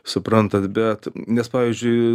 suprantat bet nes pavyzdžiui